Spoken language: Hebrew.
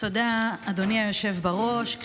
הגנה על ישראלים מפני מוסדות בין-לאומיים עוינים,